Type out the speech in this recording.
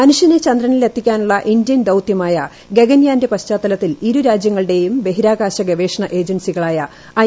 മനുഷ്യനെ ചന്ദ്രനിൽ എത്തിക്കാനുള്ള ഇന്ത്യൻ ദൌത്യമായ ഗഗൻയാന്റെ പശ്ചാത്തലത്തിൽ ഇരുരാജ്യങ്ങളുടെയും ബഹിരാകാശ ഗവേഷണ ഏജൻസികളായ ഐ